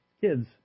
kids